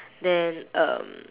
then um